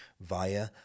via